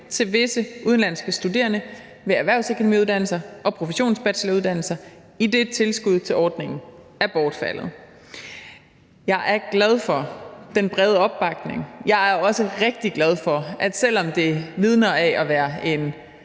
til visse udenlandske studerende ved erhvervsakademiuddannelser og professionsbacheloruddannelser, idet tilskuddet til ordningen er bortfaldet. Jeg er glad for den brede opbakning. Jeg er også rigtig glad for, at selv om det vidner om at være en